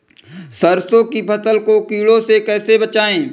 सरसों की फसल को कीड़ों से कैसे बचाएँ?